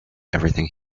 everything